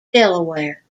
delaware